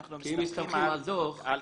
כי אם מסתמכים על דוח,